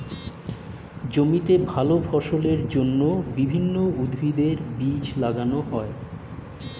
জমিতে ভালো ফলনের জন্য বিভিন্ন উদ্ভিদের বীজ লাগানো হয়